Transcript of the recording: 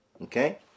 Okay